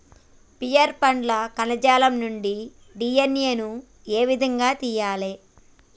Pear పండ్ల కణజాలం నుండి డి.ఎన్.ఎ ను ఏ విధంగా తియ్యాలి?